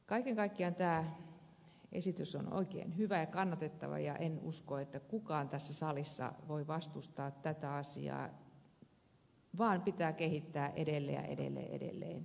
kaiken kaikkiaan tämä esitys on oikein hyvä ja kannatettava ja en usko että kukaan tässä salissa voi vastustaa tätä asiaa vaan sitä pitää kehittää edelleen ja edelleen ja edelleen